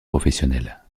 professionnelle